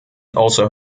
also